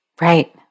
Right